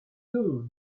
too